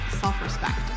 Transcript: self-respect